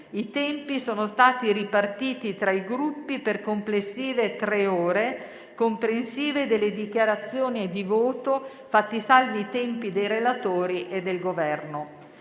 I tempi sono stati ripartiti tra i Gruppi per complessive tre ore, comprensive delle dichiarazioni di voto, fatti salvi i tempi dei relatori e del Governo.